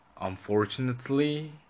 unfortunately